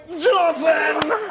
Johnson